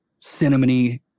cinnamony